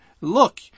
look